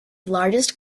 largest